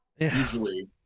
usually